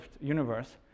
universe